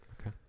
Okay